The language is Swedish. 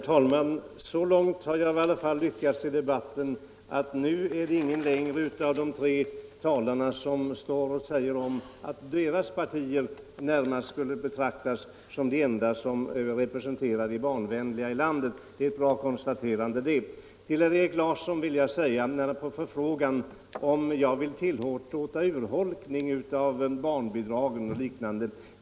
Herr talman! Jag har i alla fall lyckats komma så långt i debatten att ingen av de tre övriga talarna nu säger att deras parti skall betraktas som det enda barnvänliga i landet. Det är ett viktigt konstaterande. Herr Erik Larsson i Öskevik frågade om jag vill tillåta urholkning av barnbidragen.